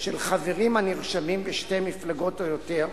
של חברים הנרשמים בשתי מפלגות או יותר,